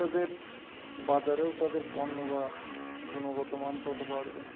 তাদের বাজারেও তাদের পণ্য বা গুণগত মান তত বাড়বে